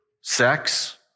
sex